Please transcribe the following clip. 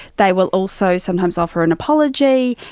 they will also sometimes offer an apology,